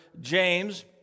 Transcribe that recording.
James